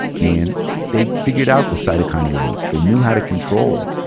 and they figured out the cytokine release, they knew how to control it.